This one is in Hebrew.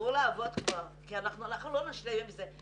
תחזרו לעבוד כבר כי אנחנו לא נשלים עם זה.